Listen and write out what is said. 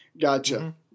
Gotcha